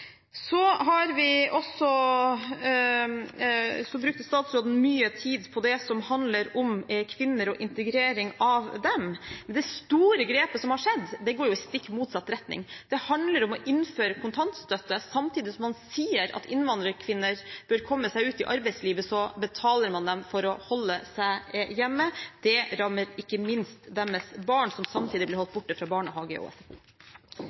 Så brukte statsråden mye tid på det som handler om kvinner og integrering av dem, men det store grepet som har skjedd, går jo i stikk motsatt retning. Det handler om å innføre kontantstøtte. Samtidig som man sier at innvandrerkvinner bør komme seg ut i arbeidslivet, betaler man dem for å holde seg hjemme. Det rammer ikke minst deres barn, som samtidig blir holdt borte fra barnehage og SFO.